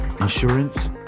Insurance